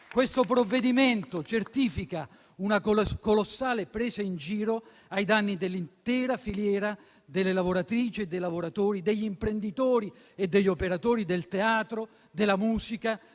Questo provvedimento certifica una colossale presa in giro ai danni dell'intera filiera delle lavoratrici e dei lavoratori, degli imprenditori e degli operatori del teatro, della musica,